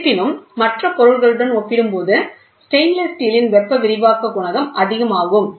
இருப்பினும் மற்ற பொருட்களுடன் ஒப்பிடும்போது ஸ்டைன்லேஸ் ஸ்டீல் ன் வெப்ப விரிவாக்க குணகம் அதிகம் ஆகும்